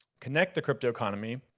connect to cryptoeconomy,